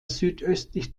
südöstlich